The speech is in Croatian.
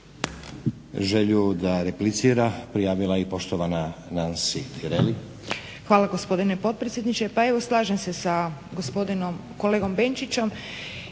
Želju da replicira prijavila je i poštovana Nansi Tireli.